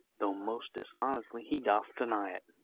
though most dishonestly he doth deny it.